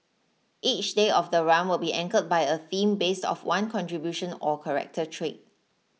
each day of the run will be anchored by a theme based of one contribution or character trait